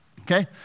Okay